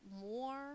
more